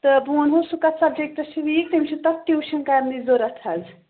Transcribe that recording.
تہٕ بہٕ وَنہو سُہ کَتھ سَبجَکٹَس چھُ ویٖک تٔمِس چھُ تَتھ ٹیٛوٗشَن کَرنٕچ ضروٗرت حظ